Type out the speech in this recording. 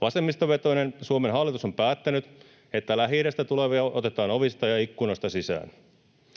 Vasemmistovetoinen Suomen hallitus on päättänyt, että Lähi-idästä tulevia otetaan ovista ja ikkunoista sisään.